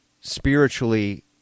spiritually